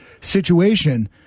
situation